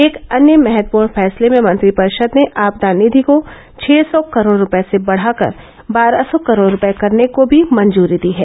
एक अन्य महत्वपूर्ण फैसले में मंत्रिपरिषद ने आपदा निधि को छः सौ करोड़ रूपये से बढ़ाकर बारह सौ करोड़ रूपये करने को भी मंजूरी दी है